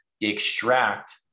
extract